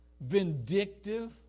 vindictive